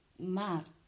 math